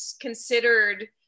considered